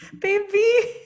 Baby